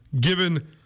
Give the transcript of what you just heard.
given